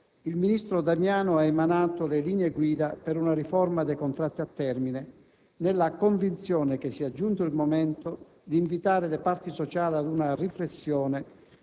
il ministro Damiano ha emanato le linee guida per una riforma dei contratti a termine, nella convinzione che sia giunto il momento di invitare le parti sociali ad una riflessione